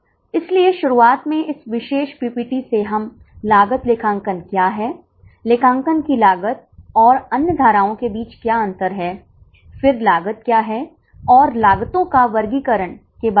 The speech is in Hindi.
ताकि केवल वृद्धिशील लागत को कवर करने के लिए उनसे पर्याप्त शुल्क लिया जाएगा अब रियायती शुल्क क्या होगा फिर से 4 संभावित उत्तर हैं